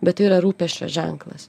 bet tai yra rūpesčio ženklas